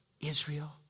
Israel